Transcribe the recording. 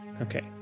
okay